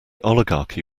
oligarchy